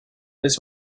this